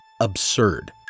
absurd